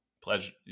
pleasure